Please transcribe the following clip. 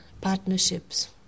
partnerships